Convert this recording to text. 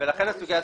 לכן הסוגיה סבוכה.